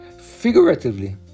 figuratively